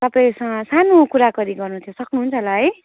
तपाईँसँग सानो कुराकानी गर्नु थियो सक्नुहुन्छ होला है